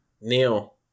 Neil